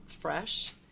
fresh